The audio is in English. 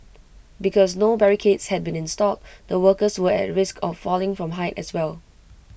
because no barricades had been installed the workers were at risk of falling from height as well